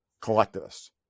Collectivists